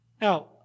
Now